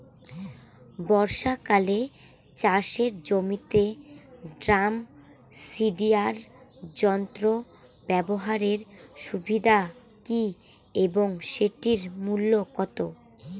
বর্ষাকালে চাষের জমিতে ড্রাম সিডার যন্ত্র ব্যবহারের সুবিধা কী এবং সেটির মূল্য কত?